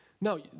No